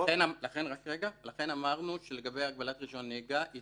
לכן אמרנו שלגבי הגבלת רישיון נהיגה, היא